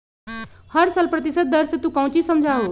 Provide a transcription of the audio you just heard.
हर साल प्रतिशत दर से तू कौचि समझा हूँ